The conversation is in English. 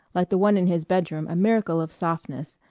like the one in his bedroom a miracle of softness,